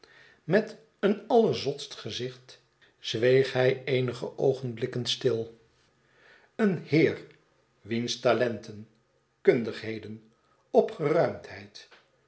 met een allerzotst gezicht zweeg hij eenige oogenblikken stil een heer wiens talenten kundigheden opgeruimdheid